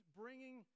bringing